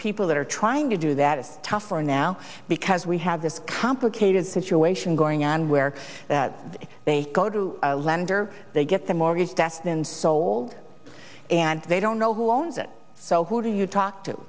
that are trying to do that it's tougher now because we have this complicated situation going on where they go to a lender they get the mortgage that's been sold and they don't know who owns it so who do you talk to